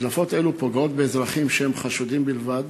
הדלפות אלו פוגעות באזרחים שהם חשודים בלבד,